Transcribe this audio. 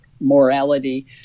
morality